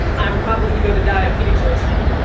i'm probably going to die of heat exhaustion